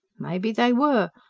may be they were.